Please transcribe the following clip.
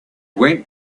went